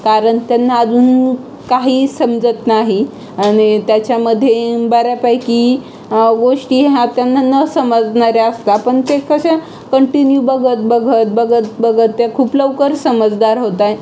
कारण त्यांना अजून काही समजत नाही आणि त्याच्यामधील बऱ्यापैकी गोष्टी ह्या त्यांना न समजणाऱ्या असता पण ते कशा कंटिन्यू बघत बघत बघत बघत ते खूप लवकर समजदार होत आहे